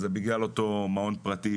זה בגלל אותו מעון פרטי.